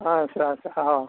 ᱟᱪᱪᱷᱟ ᱟᱪᱪᱷᱟ ᱦᱳᱭ